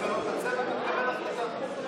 אחרי מסקנות הצוות ותקבל החלטה.